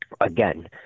again